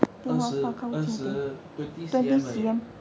二十二十 twenty C_M 而已 leh